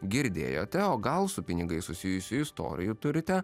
girdėjote o gal su pinigais susijusių istorijų turite